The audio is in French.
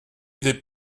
des